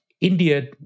India